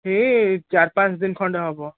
ଏଇ ଚାରି ପାଞ୍ଚ ଦିନ ଖଣ୍ଡେ ହେବ